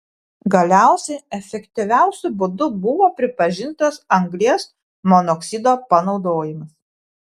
galiausiai efektyviausiu būdu buvo pripažintas anglies monoksido panaudojimas